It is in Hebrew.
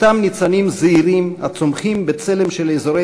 אותם ניצנים זעירים הצומחים בצלם של אזורי